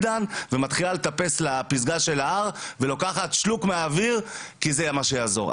תתחילי לטפס לפסגה של ההר ותיקחי שלוק מהאוויר כי זה מה שיעזור.